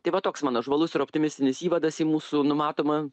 tai va toks mano žvalus ir optimistinis įvadas į mūsų numatomą